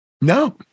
No